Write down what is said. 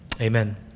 Amen